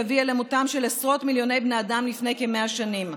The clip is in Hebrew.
שהביאה למותם של עשרות מיליוני בני אדם לפני כ-100 שנים,